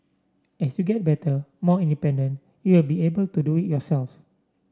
as you get better more independent you will be able to do yourself